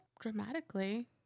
dramatically